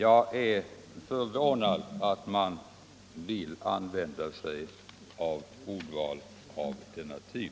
Jag är förvånad över att man vill använda ett ordval av denna typ.